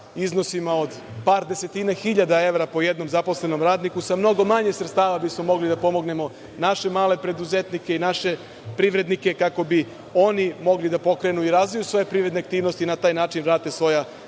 iznosima od par desetina hiljada evra po jednom zaposlenom radniku, sa mnogo manje sredstava bismo mogli da pomognemo naša mala preduzetnike i naše privrednike kako bi oni mogli da pokrenu i razviju svoje privredne aktivnosti, i na taj način vrate svoja